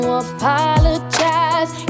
apologize